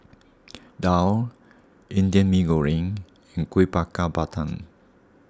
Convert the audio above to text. Daal Indian Mee Goreng and Kuih Bakar Pandan